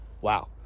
wow